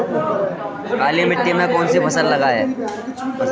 काली मिट्टी में कौन सी फसल लगाएँ?